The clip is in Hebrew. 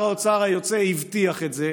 שר האוצר היוצא הבטיח את זה,